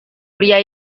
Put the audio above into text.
pria